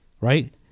right